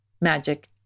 magic